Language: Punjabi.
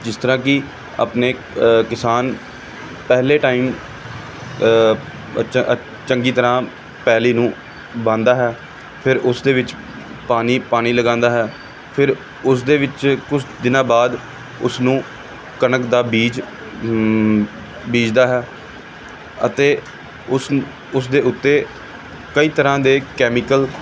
ਜਿਸ ਤਰ੍ਹਾਂ ਕਿ ਆਪਣੇ ਕਿਸਾਨ ਪਹਿਲੇ ਟਾਈਮ 'ਚ ਚੰਗੀ ਤਰ੍ਹਾਂ ਪੈਲ਼ੀ ਨੂੰ ਵਾਹੁੰਦਾ ਹੈ ਫਿਰ ਉਸਦੇ ਵਿੱਚ ਪਾਣੀ ਪਾਣੀ ਲਗਾਉਂਦਾ ਹੈ ਫਿਰ ਉਸਦੇ ਵਿੱਚ ਕੁਛ ਦਿਨਾਂ ਬਾਅਦ ਉਸਨੂੰ ਕਣਕ ਦਾ ਬੀਜ਼ ਬੀਜ਼ਦਾ ਹੈ ਅਤੇ ਉਸ ਉਸਦੇ ਉੱਤੇ ਕਈ ਤਰ੍ਹਾਂ ਦੇ ਕੈਮੀਕਲ